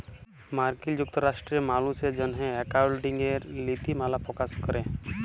মার্কিল যুক্তরাষ্ট্রে মালুসের জ্যনহে একাউল্টিংয়ের লিতিমালা পকাশ ক্যরে